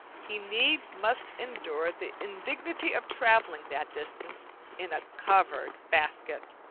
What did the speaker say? he needs must endure the indignity of travelling that distance in a covered basket.